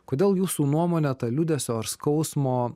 kodėl jūsų nuomone ta liūdesio ar skausmo